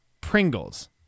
Pringles